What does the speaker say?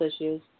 issues